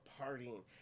partying